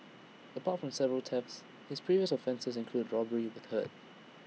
apart from several thefts his previous offences include robbery with hurt